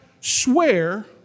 swear